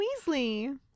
Weasley